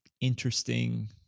interesting